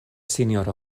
sinjoro